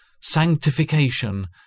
sanctification